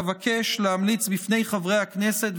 אבקש להמליץ בפני חברי הכנסת,